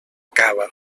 cava